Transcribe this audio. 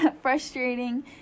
frustrating